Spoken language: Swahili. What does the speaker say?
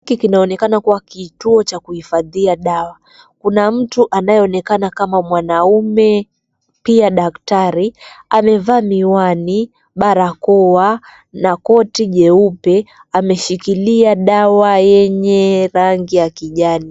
Hiki kinaonekana kuwa kituo cha kuhifandia dawa. Kuna mtu anayeonekana kama mwanaume pia daktari, amevaa miwani, barakoa na koti jeupe. Ameshikilia dawa yenye rangi ya kijani.